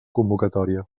convocatòria